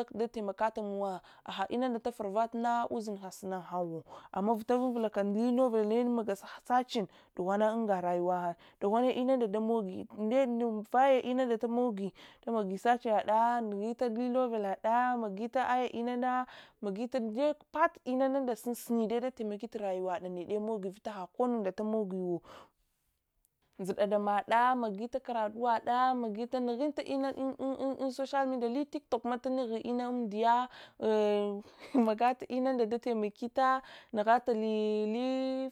Akda taimakatamowa aha inunda dafara vatana ushinlia sunaghanwo amma vitavunvulakali novella limaga searching dughwana unga rayuwa dughwana ununda dammogi nenuvaya inunda tumogi damogdi searching nada nughuli novellada magita aya inana magita dai part inunda sunauni dai datamakit rayuwada nede mogi vitahai nda inamogiwo njidda ndamada magita karatuwada magit nughuita ina un, un social media litiktoknic tunughi ina umdiya eh’ magatinunda dataimakita nughatali